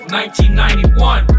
1991